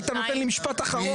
היית נותן לי משפט אחרון.